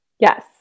Yes